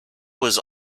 was